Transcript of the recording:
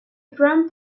gram